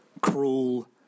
Cruel